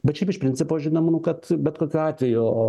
bet šiaip iš principo žinom nu kad bet kokiu atveju